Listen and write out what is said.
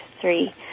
three